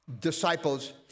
disciples